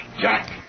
Jack